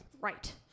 right